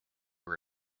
her